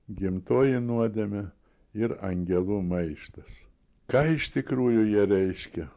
gimtoji nuodėmė ir angelų maištas ką iš tikrųjų jie reiškia